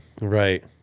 Right